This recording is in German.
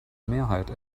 mehrheit